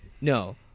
no